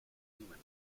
human